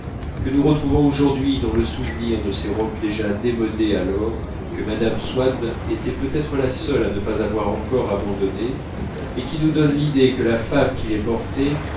que nous retrouvons aujourd'hui dans le souvenir de ces robes déjà démodées alors que mme swann était peut-être la seule à ne pas avoir encore abandonnées et qui nous donnent l'idée que la femme qui les portait